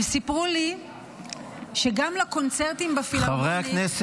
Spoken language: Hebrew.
הם סיפרו לי שגם לקונצרטים בפילהרמונית,